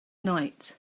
night